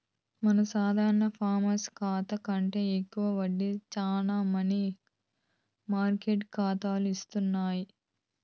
మన సాధారణ పాస్బుక్ కాతా కంటే ఎక్కువ వడ్డీ శానా మనీ మార్కెట్ కాతాలు ఇస్తుండాయి